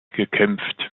gekämpft